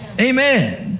Amen